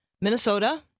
Minnesota